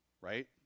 right